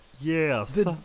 Yes